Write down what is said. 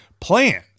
plan